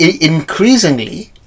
increasingly